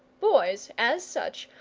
boys, as such,